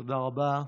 תודה רבה.